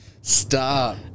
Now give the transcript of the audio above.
Stop